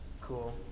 Cool